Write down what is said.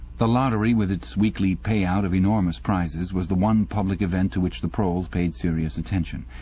the lottery, with its weekly pay-out of enormous prizes, was the one public event to which the proles paid serious attention.